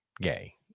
gay